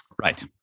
Right